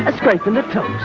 ah scrape the loopholes.